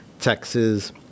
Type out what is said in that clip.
Texas